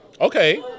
okay